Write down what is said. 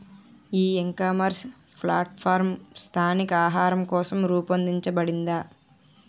ఈ ecommerce platform స్థానిక ఆహారం కోసం రూపొందించబడిందా?